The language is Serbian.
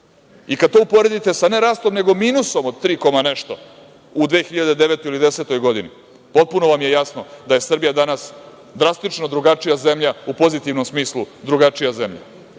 Kada to uporedite sa ne rastom, nego minusom od tri zarez nešto u 2009/10. godini, potpuno vam je jasno da je Srbija danas drastično drugačija zemlja u pozitivnom smislu, drugačija zemlja. Ne